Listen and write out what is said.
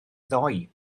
ddoe